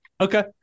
Okay